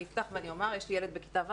אני אפתח ואומר: יש לי ילד בכיתה ו',